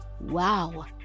Wow